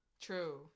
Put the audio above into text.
True